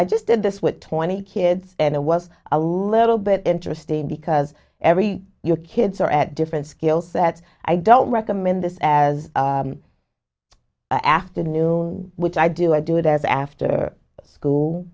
i just did this with twenty kids and it was a little bit interesting because every year kids are at different skill sets i don't recommend this as an afternoon which i do i do it after school